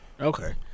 Okay